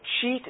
cheat